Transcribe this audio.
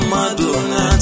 Madonna